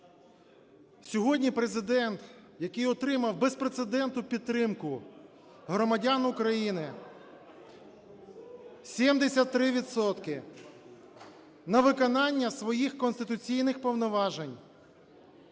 Сьогодні Президент, який отримав безпрецедентну підтримку громадян України – 73 відсотки, на виконання своїх конституційних повноважень